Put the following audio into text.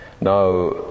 Now